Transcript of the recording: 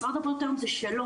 משרד הבריאות היום זה שלו,